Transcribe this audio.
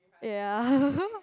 ya